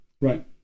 right